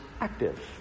active